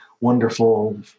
wonderful